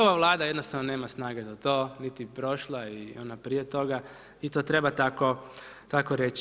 Ova Vlada jednostavno nema snage za to, niti prošla i ona prije toga i to treba tako reći.